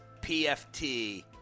PFT